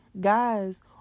guys